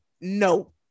no